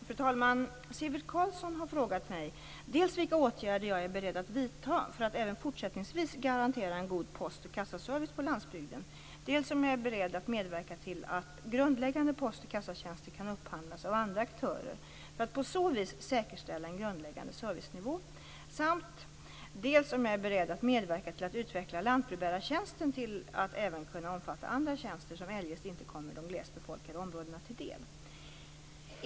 Fru talman! Sivert Carlsson har frågat mig dels vilka åtgärder jag är beredd att vidta för att även fortsättningsvis garantera en god post och kassaservice på landsbygden, dels om jag är beredd att medverka till att grundläggande post och kassatjänster kan upphandlas av andra aktörer för att på så vis säkerställa en grundläggande servicenivå samt dels om jag är beredd att medverka till att utveckla lantbrevbärartjänsten till att även kunna omfatta andra tjänster som eljest inte kommer de glest befolkade områdena till del.